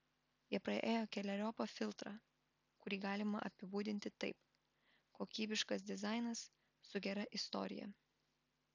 jie praėjo keleriopą filtrą kurį galima apibūdinti taip kokybiškas dizainas su gera istorija